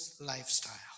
lifestyle